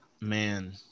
man